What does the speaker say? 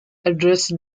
address